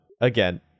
Again